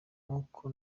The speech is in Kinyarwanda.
nk’uko